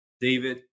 David